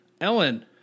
Ellen